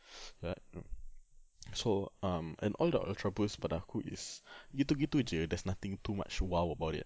uh um so um and all the ultraboost pada aku is gitu gitu jer there's nothing too much !wow! about it